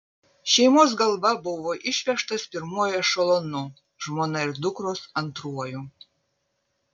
šeimos galva buvo išvežtas pirmuoju ešelonu žmona ir dukros antruoju